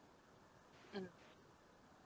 mm